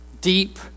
deep